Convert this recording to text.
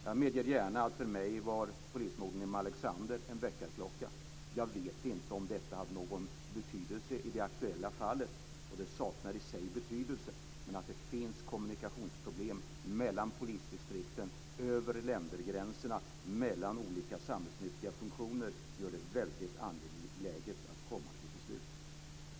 Jag medger gärna att för mig var polismorden i Malexander en väckarklocka. Jag vet inte om det hade någon betydelse i det aktuella fallet, och det saknar i sig betydelse, men att det finns kommunikationsproblem mellan polisdistrikten, över ländergränserna och mellan olika samhällsnyttiga funktioner gör att det är väldigt angeläget att komma fram till beslut.